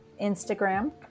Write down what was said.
Instagram